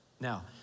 Now